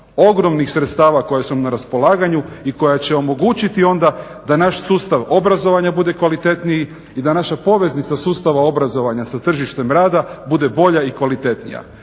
ogromnih sredstava koja su nam na raspolaganju i koja će omogućiti onda da naš sustav obrazovanja bude kvalitetniji i da naša poveznica sustava obrazovanja sa tržištem rada bude bolja i kvalitetnija.